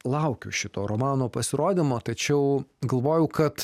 laukiu šito romano pasirodymo tačiau galvoju kad